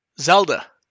Zelda